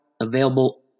available